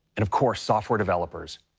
and of course, software developers.